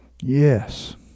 yes